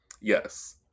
Yes